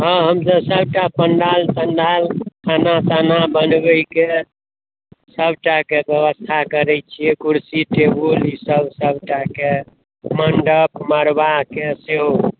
हँ हम सब सब टा पण्डाल तण्डाल खाना ताना बनबैके सब टाके व्यवस्था करै छियै कुरसी टेबुल इसब सब टाके मण्डप मरबाके सेहो